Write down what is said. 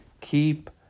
Keep